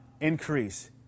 increase